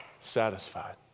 satisfied